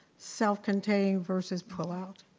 self-contained versus pullout.